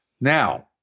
Now